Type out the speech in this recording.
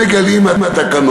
מה שמגלים מהתקנון,